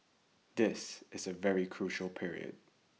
this is a very crucial period